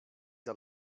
der